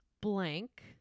Blank